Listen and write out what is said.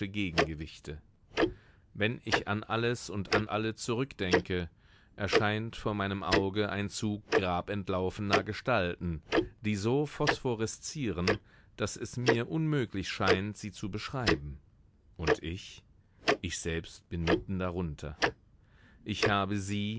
gegengewichte wenn ich an alles und an alle zurückdenke erscheint vor meinem auge ein zug grabentlaufener gestalten die so phosphoreszieren daß es mir unmöglich scheint sie zu beschreiben und ich ich selbst bin mitten darunter ich habe sie